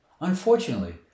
Unfortunately